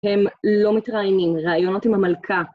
הם לא מתראיינים, ראיונות עם המלכה.